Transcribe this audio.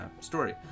story